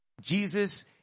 Jesus